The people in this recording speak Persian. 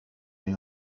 این